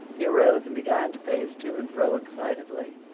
he arose and began to pace to and fro excitedly.